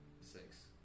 Six